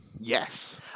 Yes